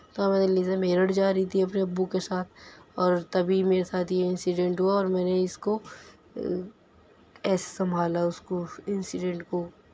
تو میں دلی سے میرٹھ جا رہی تھی اپنے ابو کے ساتھ اور تبھی میرے ساتھ یہ انسیڈنٹ ہوا اور میں نے اس کو ایسے سنبھالا اس کو انسیڈنٹ کو